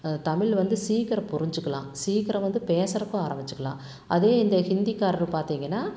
தமிழ் வந்து சீக்கிரம் புரிஞ்சுக்கலாம் சீக்கிரம் வந்து பேசுறதுக்கும் ஆரம்பிச்சிக்கலாம் அதே இந்த ஹிந்திக்காரர் பார்த்திங்கன்னா